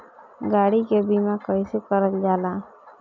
गाड़ी के बीमा कईसे करल जाला?